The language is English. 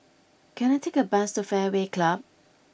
can I take a bus to Fairway Club